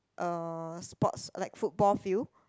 um sports like football field